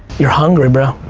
you're hungry bro.